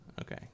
Okay